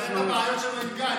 אנחנו שיסדר את הבעיות שלו עם גנץ.